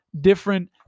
different